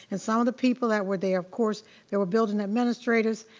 and some of the people that were there of course there were building administrators,